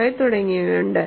5 തുടങ്ങിയവയുണ്ട്